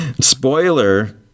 Spoiler